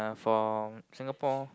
for Singapore